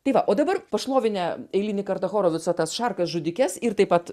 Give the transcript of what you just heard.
tai va o dabar pašlovinę eilinį kartą horovico tas šarkas žudikes ir taip pat